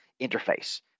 interface